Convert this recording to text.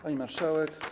Pani Marszałek!